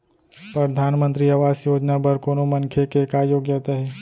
परधानमंतरी आवास योजना बर कोनो मनखे के का योग्यता हे?